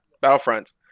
Battlefront